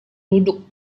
duduk